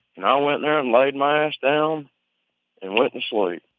and i went there and laid my ass down and went to sleep